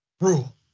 rule